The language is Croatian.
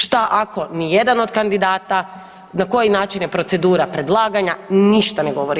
Što ako ni jedan od kandidata, na koji način je procedura predlaganja, ništa ne govori.